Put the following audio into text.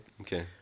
Okay